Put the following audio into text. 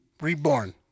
reborn